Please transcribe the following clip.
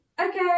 okay